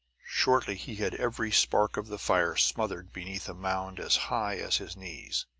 shortly he had every spark of the fire smothered beneath a mound as high as his knees.